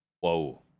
Whoa